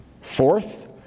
Fourth